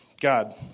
God